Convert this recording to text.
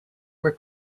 were